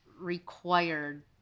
required